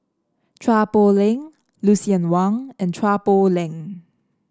Chua Poh Leng Lucien Wang and Chua Poh Leng